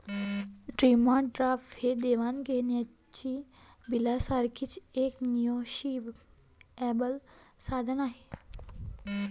demand draft हे देवाण घेवाणीच्या बिलासारखेच एक निगोशिएबल साधन आहे